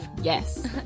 yes